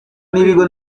n’ibigo